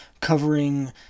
covering